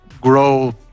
grow